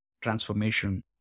transformation